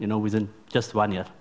you know within just one ye